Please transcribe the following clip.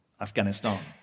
Afghanistan